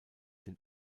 den